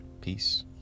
Peace